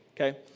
okay